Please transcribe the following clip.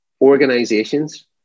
Organizations